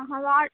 వా